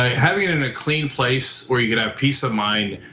ah having it in a clean place where you can have peace of mind.